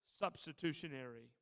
substitutionary